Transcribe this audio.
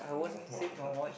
no why ah